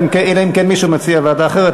אלא אם כן מישהו מציע ועדה אחרת,